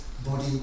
body